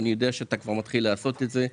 ואני יודע שאתה כבר מתחיל לעשות את זה,